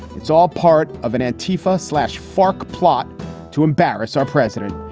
it's all part of an antifa slash faq plot to embarrass our president.